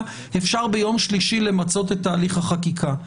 אפשר ביום שלישי למצות את הליך החקיקה.